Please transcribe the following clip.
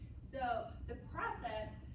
so the process,